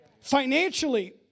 Financially